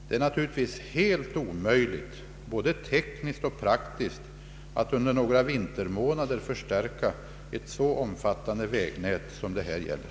Det är naturligtvis helt omöjligt både tekniskt och praktiskt att under några vintermånader förstärka ett så omfattande vägnät som det här gäller.